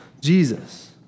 Jesus